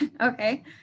okay